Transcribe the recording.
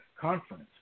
conference